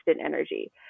energy